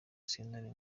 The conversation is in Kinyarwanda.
sentare